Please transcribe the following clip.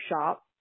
shop